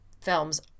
films